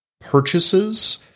purchases